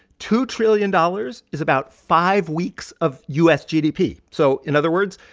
two trillion dollars is about five weeks of u s. gdp. so in other words,